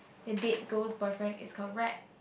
the date girl's boyfriend is called Rad